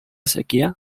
sequía